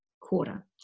quarter